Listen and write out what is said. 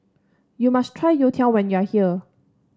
you must try Youtiao when you are here